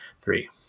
three